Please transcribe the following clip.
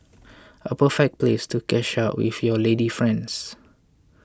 a perfect place to catch up with your lady friends